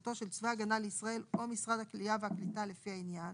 מזכותו של צבא ההגנה לישראל או ממשרד העלייה והקליטה לפי העניין,